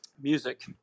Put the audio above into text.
music